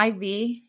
iv